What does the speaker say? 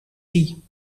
zie